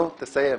תסיים.